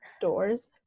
doors